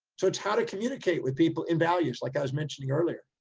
so it's how to communicate with people in values. like i was mentioning earlier,